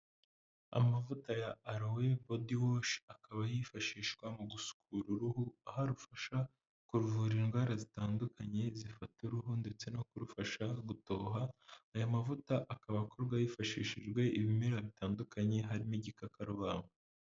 Amavuta ya arowe bodi wushe, akaba yifashishwa mu gusukura uruhu, aho arufasha kuruvura indwara zitandukanye zifata uruhu, ndetse no kurufasha gutoha, aya mavuta akaba akorwarwa, hifashishijwe ibimera bitandukanye harimo igikakarubamba.